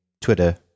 Twitter